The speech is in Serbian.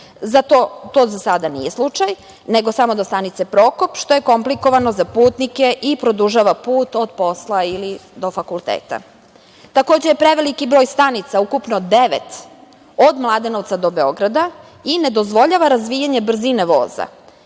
To za sada nije slučaj, nego samo do stanice Prokop, što je komplikovano za putnike i produžava put do posla ili do fakulteta. Takođe, preveliki je broj stanica, ukupno devet, od Mladenovca do Beograda i ne dozvoljava razvijanje brzine voza